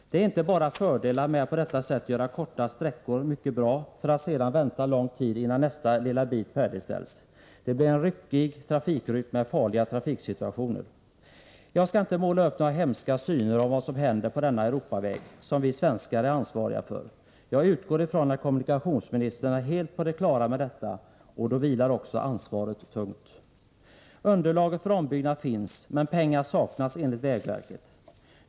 Det är inte bara fördelar med att på detta sätt göra korta sträckor mycket bra, för att sedan vänta lång tid, innan nästa lilla bit färdigställs. Det blir en ryckig trafikrytm med farliga trafiksituationer. Jag skall inte måla upp några hemska syner av vad som händer på denna Europaväg, som vi svenskar är ansvariga för. Jag utgår ifrån att kommunikationsministern är helt på det klara med detta, och då vilar också ansvaret tungt. Underlaget för ombyggnad finns, men pengar saknas enligt vägverket.